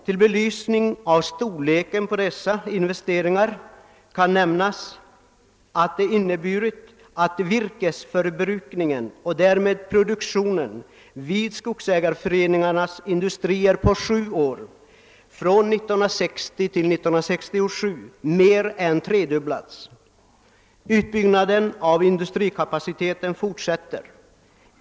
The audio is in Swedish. Till belysning av storleken av dessa investeringar kan nämnas, att virkesförbrukningen och därmed produktionen vid skogsägarföreningarnas industrier på sju år, 1960—1967, mer än tredubblats. Utbyggnaden av industri kapaciteten fortsätter.